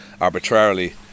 arbitrarily